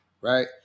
right